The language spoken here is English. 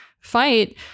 fight